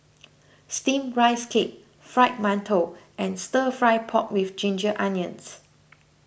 Steamed Rice Cake Fried Mantou and Stir Fried Pork with Ginger Onions